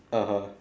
(uh huh)